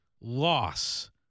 loss